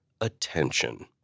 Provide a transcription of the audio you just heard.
attention